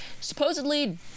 Supposedly